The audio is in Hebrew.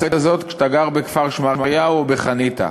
הזאת כשאתה גר בכפר-שמריהו או בחניתה.